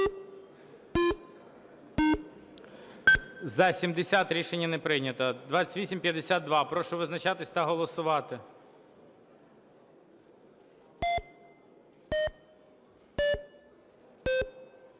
За-70 Рішення не прийнято. 2852 – прошу визначатись та голосувати.